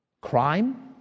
crime